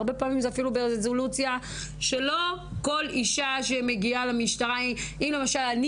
הרבה פעמים זה אפילו ברזולוציה שלא כל אישה שמגיעה למשטרה אם למשל אני